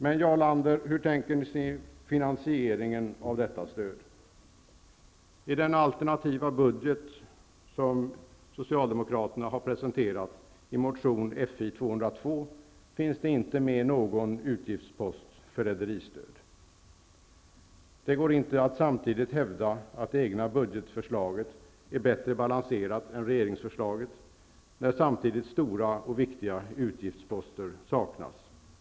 Men, Jarl Lander, hur tänker ni er finansieringen av detta stöd? I den alternativa budget som finns det inte med någon utgiftspost för rederistöd. Det går inte att samtidigt hävda att det egna budgetförslaget är bättre balanserat än regeringsförslaget när samtidigt stora och viktiga utgiftsposter saknas.